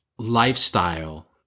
Lifestyle